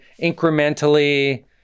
incrementally